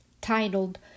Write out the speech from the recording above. titled